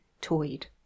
toyed